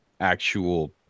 actual